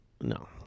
no